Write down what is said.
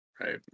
Right